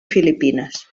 filipines